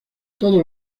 todos